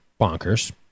bonkers